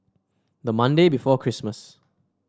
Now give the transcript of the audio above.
the Monday before Christmas